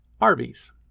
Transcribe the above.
Arby's